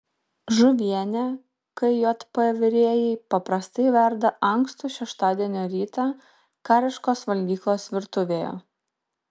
žuvienę kjp virėjai paprastai verda ankstų šeštadienio rytą kariškos valgyklos virtuvėje